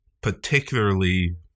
particularly